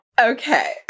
Okay